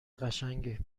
قشنگی